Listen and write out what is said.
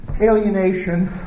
alienation